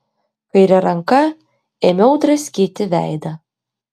kaire ranka ėmiau draskyti veidą